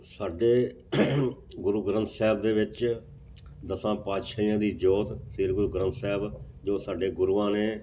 ਸਾਡੇ ਗੁਰੂ ਗ੍ਰੰਥ ਸਾਹਿਬ ਦੇ ਵਿੱਚ ਦਸਾਂ ਪਾਤਸ਼ਾਹੀਆਂ ਦੀ ਜੋਤ ਸ਼੍ਰੀ ਗੁਰੂ ਗ੍ਰੰਥ ਸਾਹਿਬ ਜੋ ਸਾਡੇ ਗੁਰੂਆਂ ਨੇ